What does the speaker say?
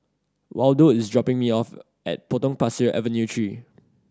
Waldo is dropping me off at Potong Pasir Avenue Three